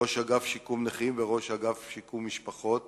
ראש אגף שיקום נכים וראש אגף משפחות